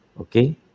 Okay